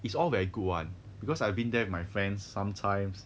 it's all very good [one] because I've been there with my friends sometimes